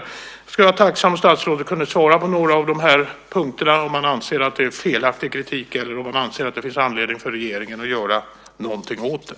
Jag skulle vara tacksam om statsrådet kunde kommentera några av dessa punkter och svara på om han anser att det är en felaktig kritik, eller om han anser att det finns anledning för regeringen att göra någonting åt det.